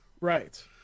Right